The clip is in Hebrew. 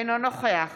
אינו נוכח